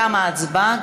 תמה ההצבעה.